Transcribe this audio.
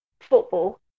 football